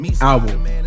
album